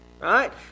Right